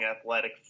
athletic